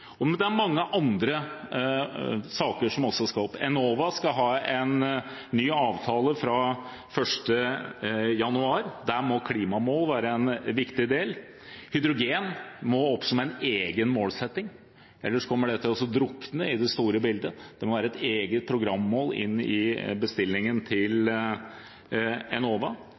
ikke-kvotepliktig sektor. Det er mange andre saker som også skal opp. Enova skal ha en ny avtale fra 1. januar. Der må klimamål være en viktig del. Hydrogen må opp som en egen målsetting, ellers kommer det til å drukne i det store bildet. Det må være et eget programmål i bestillingen til Enova.